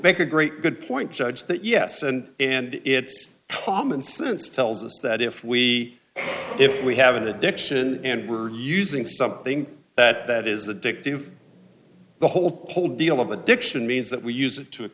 make a great good point judge that yes and and it's common sense tells us that if we if we have an addiction and we're using something that that is addictive the whole whole deal of addiction means that we use it to